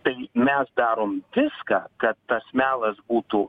tai mes darom viską kad tas melas būtų